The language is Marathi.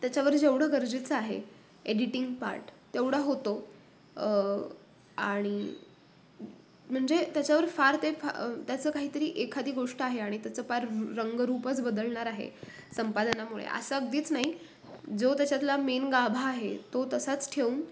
त्याच्यावर जेवढं गरजेचं आहे एडिटिंग पार्ट तेवढा होतो आणि म्हणजे त्याच्यावर फार ते फ त्याचं काही तरी एखादी गोष्ट आहे आणि त्याचं पार रू रंगरूपच बदलणार आहे संपादनामुळे असं अगदीच नाही जो त्याच्यातला मेन गाभा आहे तो तसाच ठेवून